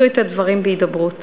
ועשו את הדברים בהידברות